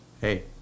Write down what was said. hey